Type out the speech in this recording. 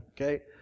Okay